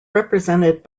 represented